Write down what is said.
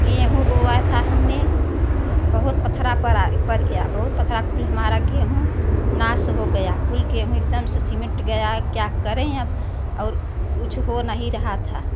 गेहूँ बोया था हमने बहोत पत्थरा पड़ा पड़ गया बहोत पत्थरा कुल हमारा गेहूँ नाश हो गया कुल गेहूँ एकदम से सिमट गया क्या करें अब और कुछ हो नहीं रहा था